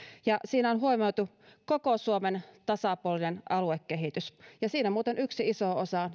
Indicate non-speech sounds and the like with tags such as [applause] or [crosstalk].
ja siinä on huomioitu koko suomen tasapuolinen aluekehitys ja siinä muuten yksi iso osa [unintelligible]